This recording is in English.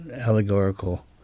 allegorical